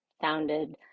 founded